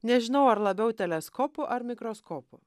nežinau ar labiau teleskopu ar mikroskopu